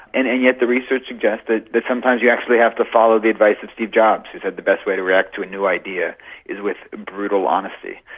and and yet the research suggests that sometimes you actually have to follow the advice of steve jobs who said the best way to react to a new idea is with brutal honesty.